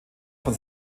von